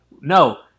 No